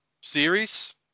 series